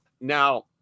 now